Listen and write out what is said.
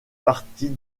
partie